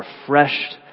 refreshed